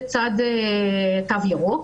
לצד תו ירוק.